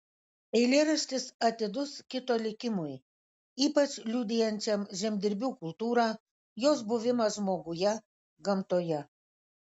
eilėraštis atidus kito likimui ypač liudijančiam žemdirbių kultūrą jos buvimą žmoguje gamtoje